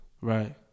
Right